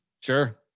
Sure